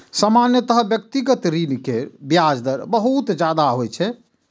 सामान्यतः व्यक्तिगत ऋण केर ब्याज दर बहुत ज्यादा होइ छै